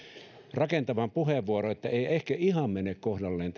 rakentavan puheenvuoron tämä puheenvuoro ei ehkä ihan mene kohdalleen